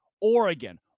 Oregon